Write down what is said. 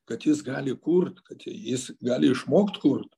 kad jis gali kurt kad jis gali išmokt kurt